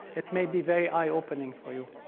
it may be very eye-opening for you.